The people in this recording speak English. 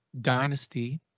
Dynasty